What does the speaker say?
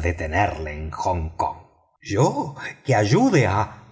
detenerlo en hong kong yo que ayude a